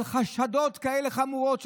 על חשדות כאלה חמורים,